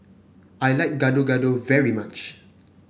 I like Gado Gado very much